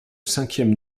cinquième